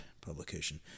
publication